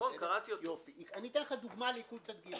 אני אתן לך דוגמה לעיקול צד ג'.